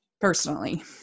Personally